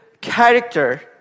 character